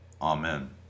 Amen